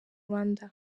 rwanda